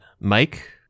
Mike